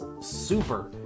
super